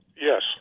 Yes